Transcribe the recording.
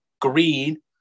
green